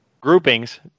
groupings